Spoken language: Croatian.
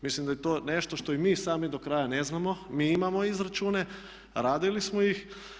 Mislim da je to nešto što i mi sami do kraja ne znamo, mi imamo izračune, radili smo ih.